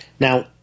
Now